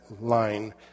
line